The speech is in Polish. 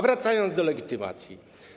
Wracam do legitymacji.